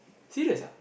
serious ah